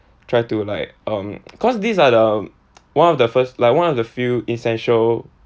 try to like um cause these are the one of the first like one of the few essential